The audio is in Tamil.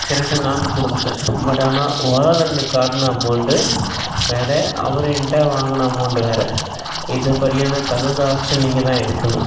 சரின்ட்டு நானும் கொடுத்துட்டேன் பட் ஆனால் ஓலால எனக்கு காட்டுன அமௌண்ட்டு வேற அவர் என்கிட்ட வாங்கின அமௌண்ட் வேற இது படியான தகுந்த ஆக்க்ஷன் நீங்கள் தான் எடுக்கணும்